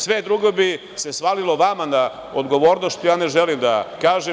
Sve drugo bi se svalilo vama na odgovornost, što ja ne želim da kažem.